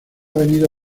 venido